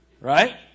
Right